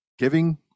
Giving